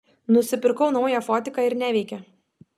nusipirkau naują fotiką ir neveikia